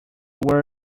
were